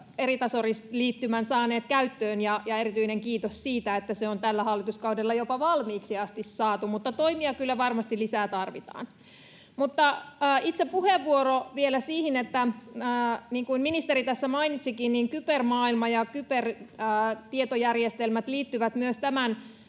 eritasoliittymän käyttöön, ja erityinen kiitos siitä, että se on tällä hallituskaudella jopa valmiiksi asti saatu, mutta toimia tarvitaan kyllä varmasti lisää. Otin itse puheenvuoron liittyen siihen, että niin kuin ministeri tässä mainitsikin, myös kybermaailma ja kybertietojärjestelmät liittyvät tämän